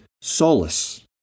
solace